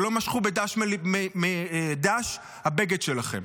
שלא משכו בדש הבגד שלכם.